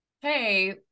hey